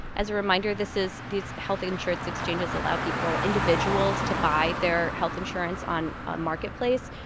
as a reminder, this is these health insurance exchanges allow people individuals to buy their health insurance on a marketplace.